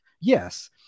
yes